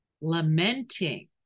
lamenting